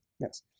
Yes